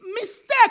mistake